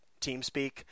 TeamSpeak